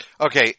Okay